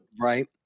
right